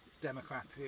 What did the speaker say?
democratic